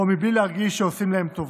או בלי להרגיש שעושים להם טובה.